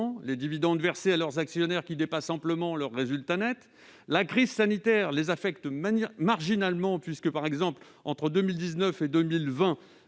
les dividendes versés à leurs actionnaires dépassent amplement leur résultat net. La crise sanitaire ne les affecte que marginalement, puisque, entre 2019 et 2020